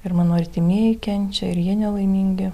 ir mano artimieji kenčia ir jie nelaimingi